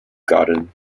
garden